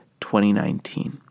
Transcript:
2019